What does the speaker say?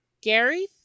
Gary